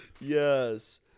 Yes